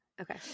okay